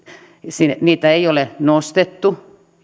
niitä ei ole nostettu